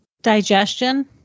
digestion